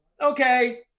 okay